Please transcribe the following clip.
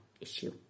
issue